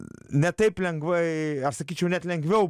ne taip lengvai aš sakyčiau net lengviau